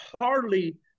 hardly